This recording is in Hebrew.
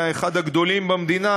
אחד הגדולים במדינה,